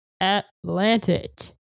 Atlantic